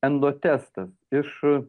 endo testas iš